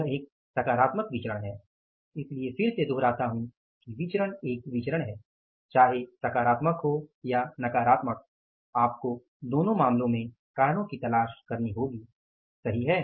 यह एक सकारात्मक विचरण है इसलिए फिर से दुहराता हूँ कि विचरण एक विचरण है चाहे सकारात्मक हो या नकारात्मक आपको दोनों मामलों में कारणों की तलाश करनी होगी सही है